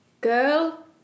girl